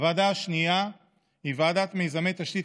הוועדה השנייה היא ועדת מיזמי תשתית